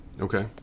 okay